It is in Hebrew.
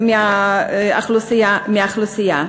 מהאוכלוסייה.